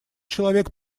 человек